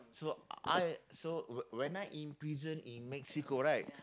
so I so when when I in prison in Mexico right